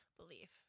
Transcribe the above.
belief